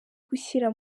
gushyira